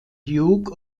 duke